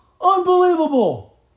Unbelievable